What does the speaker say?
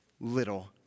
little